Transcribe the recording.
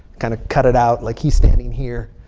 kind of cut it out. like he's standing here.